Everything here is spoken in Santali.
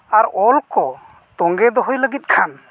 ᱟᱨ ᱚᱞ ᱠᱚ ᱛᱳᱸᱜᱮ ᱫᱚᱦᱚᱭ ᱞᱟᱹᱜᱤᱫ ᱠᱷᱟᱱ